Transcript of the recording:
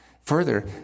Further